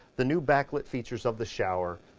the new backlit features of the shower,